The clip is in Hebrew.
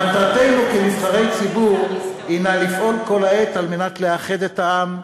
מטרתנו כנבחרי ציבור היא לפעול כל העת על מנת לאחד את העם,